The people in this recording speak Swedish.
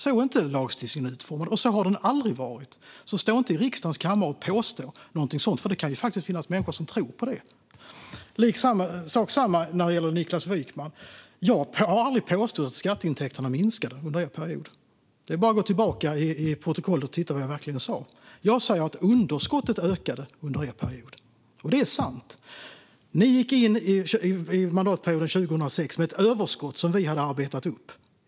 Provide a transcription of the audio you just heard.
Så är inte lagstiftningen utformad; det har den aldrig varit. Så stå inte i riksdagens kammare och påstå något sådant! Det kan faktiskt finnas människor som tror på det. Detsamma gäller Niklas Wykman. Jag har aldrig påstått att skatteintäkterna minskade under er period. Det är bara att gå tillbaka i protokollet och titta vad jag verkligen sa. Jag säger att underskottet ökade under er period, och det är sant. Ni gick 2006 in i mandatperioden med ett överskott som vi hade arbetat upp.